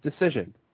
decision